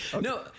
No